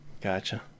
Gotcha